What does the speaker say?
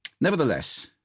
Nevertheless